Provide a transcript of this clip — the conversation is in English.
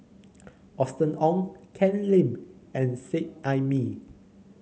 Austen Ong Ken Lim and Seet Ai Mee